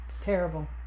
Terrible